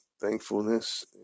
thankfulness